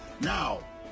now